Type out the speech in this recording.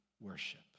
worship